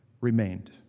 remained